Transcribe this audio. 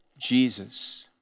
Jesus